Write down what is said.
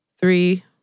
three